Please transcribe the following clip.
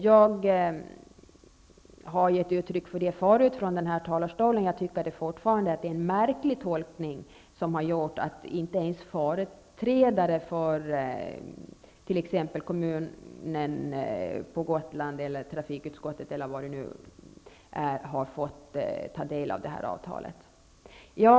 Jag har gett uttryck för detta förut från denna talarstol, och jag tycker fortfarande att det är en märklig tolkning som lett fram till att inte ens företrädare för kommunen på Gotland, trafikutskottet eller någon annan fått ta del av avtalet.